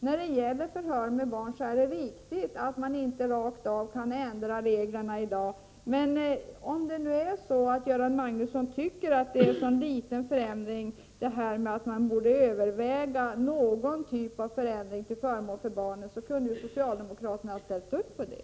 När det gäller förhör med barn är det riktigt att man inte rakt av kan ändra reglerna, men om det nu är så att Göran Magnusson tycker att det är en så liten förändring att man borde överväga någon typ av förändring till förmån för barnen, så kunde väl socialdemokraterna ha ställt upp för det?